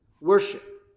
Worship